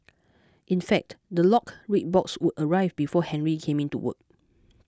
in fact the locked red box would arrive before Henry came in to work